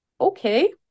okay